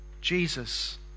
Jesus